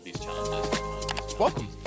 Welcome